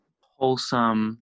wholesome